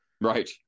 Right